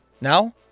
Now